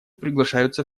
приглашаются